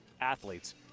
athletes